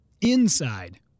inside